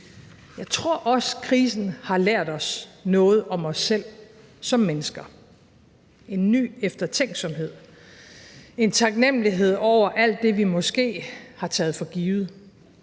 Jeg tror også, at krisen har lært os noget om os selv som mennesker; en ny eftertænksomhed, en taknemlighed over alt det, vi måske har taget for givet.